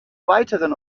weiteren